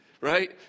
Right